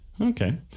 okay